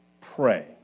pray